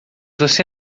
você